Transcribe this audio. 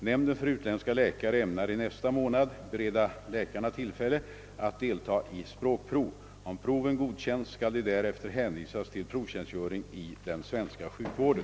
Nämnden för utländska läkare ämnar i nästa månad bereda läkarna tillfälle att delta i språkprov. Om proven godkänns skall de därefter hänvisas till provtjänstgöring i den svenska sjukvården.